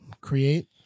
create